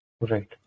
Right